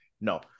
no